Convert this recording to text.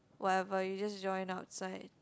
whatever you just join outside